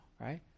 Right